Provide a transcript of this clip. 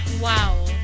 Wow